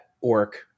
orc